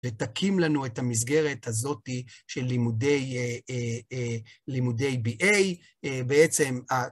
ותקים לנו את המסגרת הזאת של לימודי BA. בעצם ה...